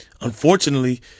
Unfortunately